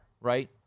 right